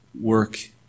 work